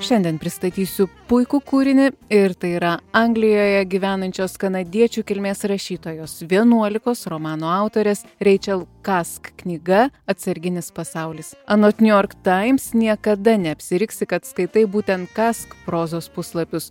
šiandien pristatysiu puikų kūrinį ir tai yra anglijoje gyvenančios kanadiečių kilmės rašytojos vienuolikos romanų autorės reičel kask knyga atsarginis pasaulis anot new york times niekada neapsiriksi kad skaitai būtent kask prozos puslapius